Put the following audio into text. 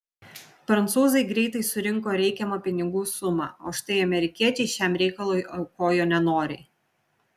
prancūzai greitai surinko reikiamą pinigų sumą o štai amerikiečiai šiam reikalui aukojo nenoriai